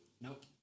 Nope